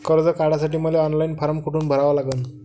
कर्ज काढासाठी मले ऑनलाईन फारम कोठून भरावा लागन?